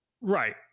Right